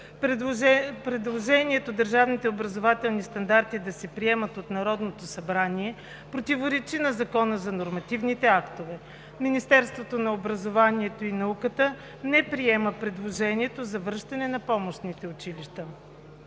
Предложението държавните образователни стандарти да се приемат от Народното събрание противоречи на Закона за нормативните актове. Министерството на образованието и науката не приема предложението за връщане на помощните училища.